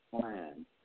plan